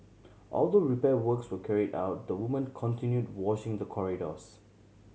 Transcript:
although repair works were carried out the woman continued washing the corridors